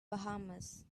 bahamas